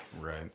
Right